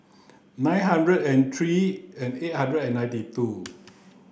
nine hundred and three and eight hundred and ninety two